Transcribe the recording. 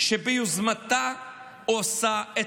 שביוזמתה עושה,